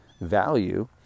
value